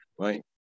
right